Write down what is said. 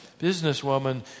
businesswoman